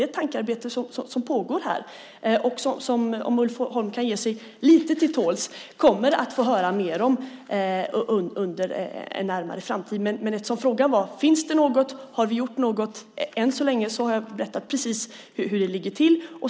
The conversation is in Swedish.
Det är ett tankearbete som pågår här och som, om Ulf Holm kan ge sig lite till tåls, riksdagen kommer att få höra mer om under en närmare framtid. Men eftersom frågan handlade om ifall det finns något och om vi har gjort något vill jag säga att jag än så länge har berättat precis hur det ligger till.